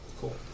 Cool